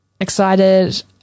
excited